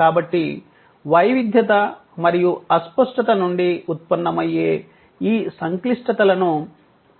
కాబట్టి వైవిధ్యత మరియు అస్పష్టత నుండి ఉత్పన్నమయ్యే ఈ సంక్లిష్టతలను